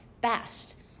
best